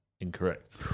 Incorrect